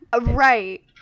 Right